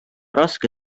raske